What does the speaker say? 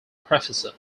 professor